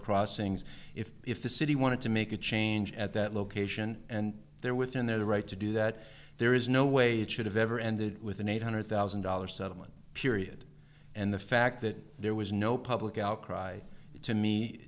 crossings if the city wanted to make a change at that location and they're within their right to do that there is no way it should have ever ended with an eight hundred thousand dollars settlement period and the fact that there was no public outcry to me